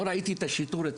לא ראיתי את השיטור אצלי.